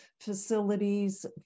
facilities